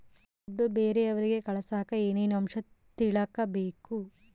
ದುಡ್ಡು ಬೇರೆಯವರಿಗೆ ಕಳಸಾಕ ಏನೇನು ಅಂಶ ತಿಳಕಬೇಕು?